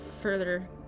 further